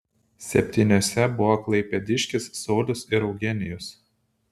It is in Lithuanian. septyniuose buvo klaipėdiškis saulius ir eugenijus